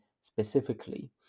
specifically